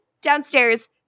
downstairs